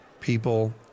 people